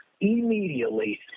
immediately